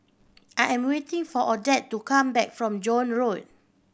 I am waiting for Odette to come back from Joan Road